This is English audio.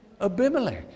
Abimelech